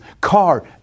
car